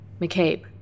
McCabe